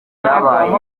byabaye